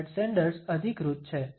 Bernard Sanders અધિકૃત છે